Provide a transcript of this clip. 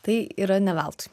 tai yra ne veltui